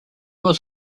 was